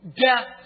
death